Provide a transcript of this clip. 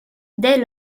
dès